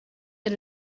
eir